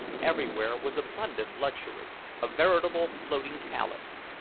everywhere was abundant luxury a veritable floating palace.